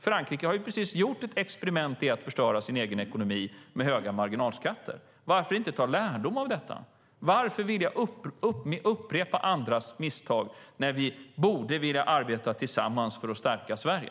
Frankrike har gjort ett experiment med att förstöra sin egen ekonomi med höga marginalskatter. Varför tar man inte lärdom av detta? Varför vill man upprepa andras misstag när vi borde vilja arbeta tillsammans för att stärka Sverige?